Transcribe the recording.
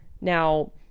Now